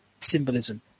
symbolism